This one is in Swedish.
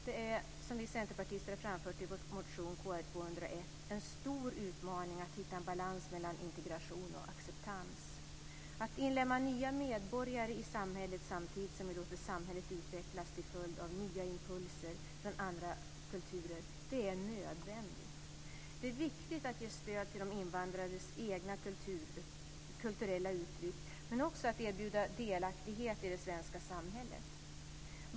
Det är, som vi centerpartister har framfört i vår motion Kr201, en stor utmaning att hitta en balans mellan integration och acceptans. Att inlemma nya medborgare i samhället samtidigt som vi låter samhället utvecklas till följd av nya impulser från andra kulturer är nödvändigt. Det är viktigt att ge stöd till de invandrades egna kulturella uttryck men också att erbjuda delaktighet i det svenska samhället.